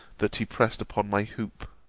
that he pressed upon my hoop